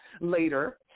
later